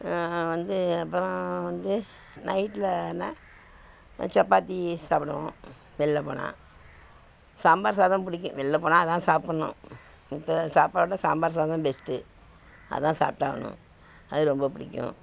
வந்து அப்புறம் வந்து நைட்டில் என்ன சப்பாத்தி சாபபிடுவோம் வெளில போனால் சாம்பார் சாதம் பிடிக்கும் வெளில போனால் அதுதான் சாப்பிட்ணும் மத்த சாப்பாடை சாம்பார் சாதம் பெஸ்ட்டு அதுதான் சாப்பிட்டாவணும் அது ரொம்ப பிடிக்கும்